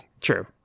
True